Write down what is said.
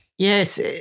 Yes